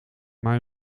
maar